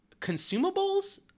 consumables